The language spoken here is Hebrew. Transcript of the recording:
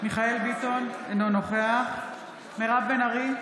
מיכאל מרדכי ביטון, אינו נוכח מירב בן ארי,